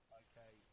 okay